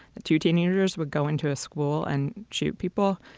the two teenagers, would go into a school and shoot people.